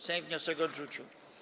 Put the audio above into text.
Sejm wniosek odrzucił.